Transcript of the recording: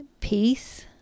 peace